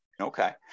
Okay